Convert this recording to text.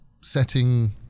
setting